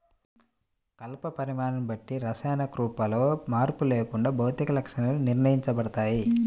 కలప పరిమాణాన్ని బట్టి రసాయన కూర్పులో మార్పు లేకుండా భౌతిక లక్షణాలు నిర్ణయించబడతాయి